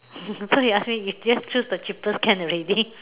so he ask me just choose the cheapest can already